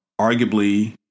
arguably